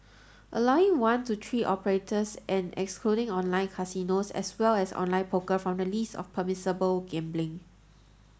allowing one to three operators and excluding online casinos as well as online poker from the list of permissible gambling